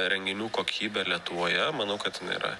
renginių kokybę lietuvoje manau kad jinai yra